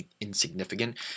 insignificant